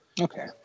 Okay